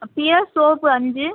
piers soap அஞ்சு